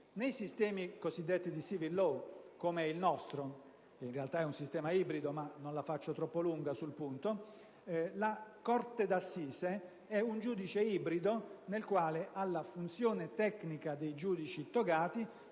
Nei sistemi cosiddetti di *civil law*, quali il nostro (che, in realtà, è un sistema ibrido, ma non mi dilungo troppo su questo punto), la corte d'assise è un giudice ibrido, nel quale alla funzione tecnica dei giudici togati